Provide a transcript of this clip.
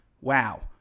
wow